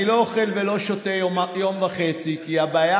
אני לא אוכל ולא שותה יום וחצי, כי הבעיה